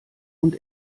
und